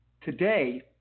Today